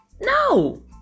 No